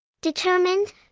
Determined